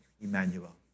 Emmanuel